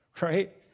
right